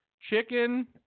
chicken